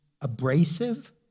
abrasive